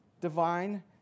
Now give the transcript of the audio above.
divine